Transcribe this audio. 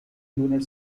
lunar